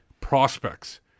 prospects